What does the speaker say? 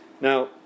Now